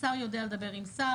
שר יודע לדבר עם שר,